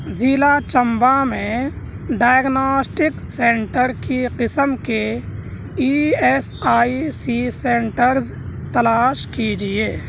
ضلع چمبا میں diagnostic centre کی قسم کے E S I C centres تلاش کیجیے